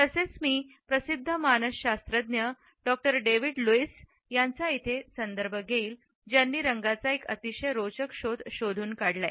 तसेच मी प्रसिद्ध मानसशास्त्रज्ञ डॉक्टर डेव्हिड लुईस त्यांचा इथे संदर्भात देईल ज्यांनी रंगाचा एक अतिशय रोचक शोध शोधून काढला